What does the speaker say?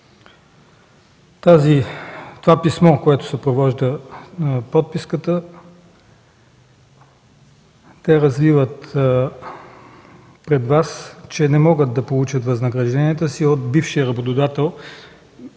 В писмото, което съпровожда подписката, те развиват пред Вас, че не могат да получат възнагражденията си от бившия си работодател,